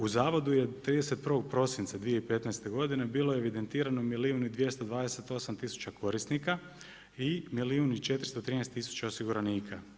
U zavodu je 31. prosinca 2015. godine bilo je evidentirano milijun i 228 tisuća korisnika i milijun i 413 tisuća osiguranika.